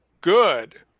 good